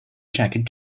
jacket